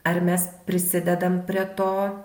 ar mes prisidedam prie to